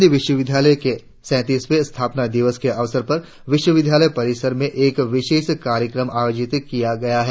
राजीव विश्व विद्यालय के सैतीसवें स्थापना दिसव के अवसर पर विश्वविद्यालय परिसर में एक विशेष कार्यक्रम आयोजित किया गया है